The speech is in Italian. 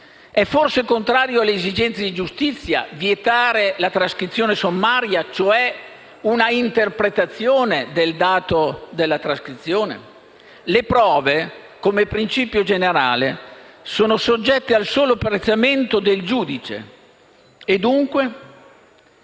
È forse contrario alle esigenze di giustizia vietare la trascrizione sommaria, cioè un'interpretazione del dato della trascrizione? Le prove, come principio generale, sono soggette al solo apprezzamento del giudice. E dunque?